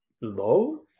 low